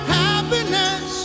happiness